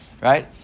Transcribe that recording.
right